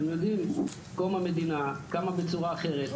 אתם יודעים קום המדינה קמה בצורה אחרת,